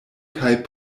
kaj